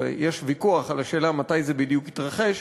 ויש ויכוח על השאלה מתי זה בדיוק התרחש.